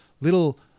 little